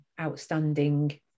outstanding